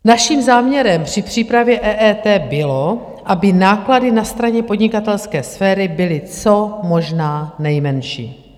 Naším záměrem při přípravě EET bylo, aby náklady na straně podnikatelské sféry byly co možná nejmenší.